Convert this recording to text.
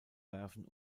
werfen